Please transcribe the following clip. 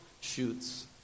shoots